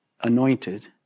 anointed